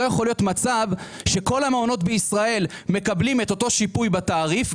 לא יכול להיות מצב שכל המעונות בישראל מקבלים את אותו שיפוי בתעריף,